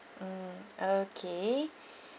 mm okay